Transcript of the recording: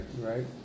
right